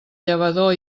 llavador